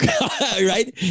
right